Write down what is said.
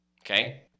okay